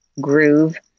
groove